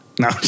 No